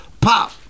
Pop